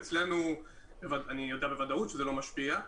גם אצלנו אני יודע בוודאות שזה לא משפיע.